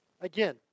again